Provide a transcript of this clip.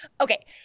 Okay